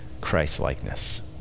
Christlikeness